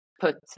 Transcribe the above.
put